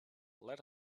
let